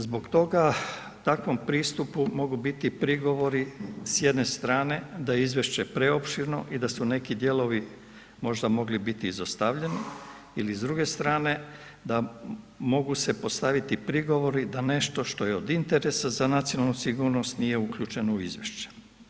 Zbog toga takvom pristupu mogu biti prigovori s jedne strane da je izvješće preopširno i da su neki dijelovi možda mogli biti izostavljeni ili s druge strane da mogu se postaviti prigovori da nešto što je od interesa za nacionalnu sigurnosti nije uključeno u izvješće.